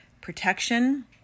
protection